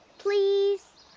please?